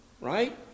right